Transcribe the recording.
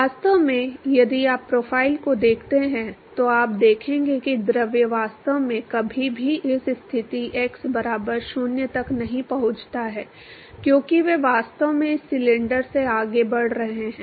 वास्तव में यदि आप प्रोफाइल को देखते हैं तो आप देखेंगे कि द्रव वास्तव में कभी भी इस स्थिति x बराबर 0 तक नहीं पहुंचता है क्योंकि वे वास्तव में इस सिलेंडर से आगे बढ़ रहे हैं